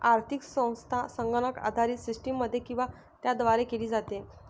आर्थिक संस्था संगणक आधारित सिस्टममध्ये किंवा त्याद्वारे केली जाते